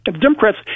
Democrats